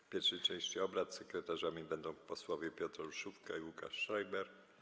W pierwszej części obrad sekretarzami będą posłowie Piotr Olszówka i Łukasz Schreiber.